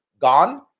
gone